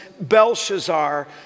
Belshazzar